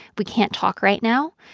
we can't talk right now.